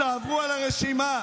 תעברו על הרשימה.